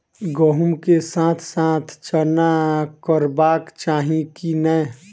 गहुम केँ साथ साथ चना करबाक चाहि की नै?